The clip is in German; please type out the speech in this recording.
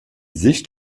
sicht